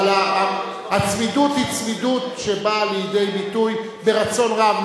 אבל הצמידות היא צמידות שבאה לידי ביטוי ברצון רב.